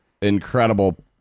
incredible